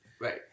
Right